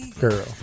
Girl